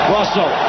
Russell